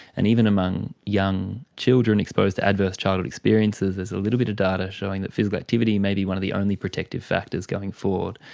and even among young children exposed to adverse childhoodexperiences, there's a little bit of data showing that physical activity may be one of the only protective factors going forward.